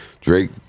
Drake